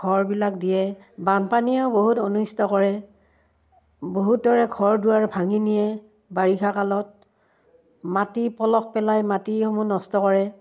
ঘৰবিলাক দিয়ে বানপানীয়েও বহুত অনিষ্ট কৰে বহুতৰে ঘৰ দুৱাৰ ভাঙি নিয়ে বাৰিষাকালত মাটি পলস পেলাই মাটিসমূহ নষ্ট কৰে